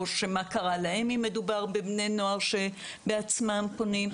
או מה קרה להם אם מדובר בבני נוער שבעצמם פונים,